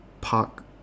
Park